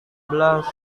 belas